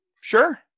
Sure